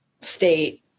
state